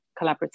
collaborative